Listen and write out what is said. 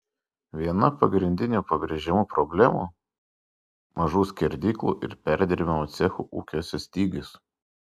viena pagrindinių pabrėžiamų problemų mažų skerdyklų ir perdirbimo cechų ūkiuose stygius